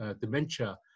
dementia